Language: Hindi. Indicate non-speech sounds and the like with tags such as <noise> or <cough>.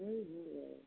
<unintelligible>